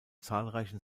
zahlreichen